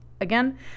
Again